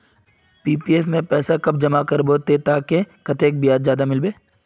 PPF में पैसा जमा कब करबो ते ताकि कतेक ब्याज ज्यादा मिलबे?